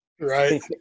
Right